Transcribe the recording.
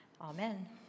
Amen